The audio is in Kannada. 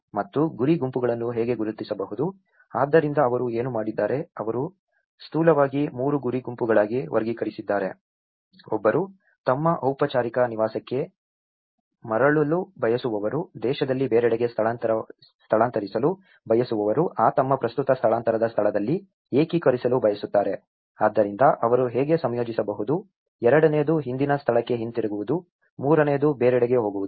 ಮತ್ತು ಗುರಿ ಗುಂಪುಗಳನ್ನು ಹೇಗೆ ಗುರುತಿಸಬಹುದು ಆದ್ದರಿಂದ ಅವರು ಏನು ಮಾಡಿದರು ಅವರು ಸ್ಥೂಲವಾಗಿ 3 ಗುರಿ ಗುಂಪುಗಳಾಗಿ ವರ್ಗೀಕರಿಸಿದ್ದಾರೆ ಒಬ್ಬರು ತಮ್ಮ ಔಪಚಾರಿಕ ನಿವಾಸಕ್ಕೆ ಮರಳಲು ಬಯಸುವವರು ದೇಶದಲ್ಲಿ ಬೇರೆಡೆಗೆ ಸ್ಥಳಾಂತರಿಸಲು ಬಯಸುವವರು ಆ ತಮ್ಮ ಪ್ರಸ್ತುತ ಸ್ಥಳಾಂತರದ ಸ್ಥಳದಲ್ಲಿ ಏಕೀಕರಿಸಲು ಬಯಸುತ್ತಾರೆ ಆದ್ದರಿಂದ ಅವರು ಹೇಗೆ ಸಂಯೋಜಿಸಬಹುದು ಎರಡನೆಯದು ಹಿಂದಿನ ಸ್ಥಳಕ್ಕೆ ಹಿಂತಿರುಗುವುದು ಮೂರನೆಯದು ಬೇರೆಡೆಗೆ ಹೋಗುವುದು